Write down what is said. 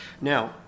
now